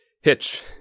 hitch